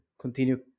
continue